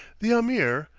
the ameer,